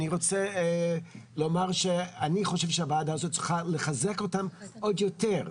אני רוצה לומר שאני חושב שהוועדה הזאת צריכה לחזק אותם עוד יותר.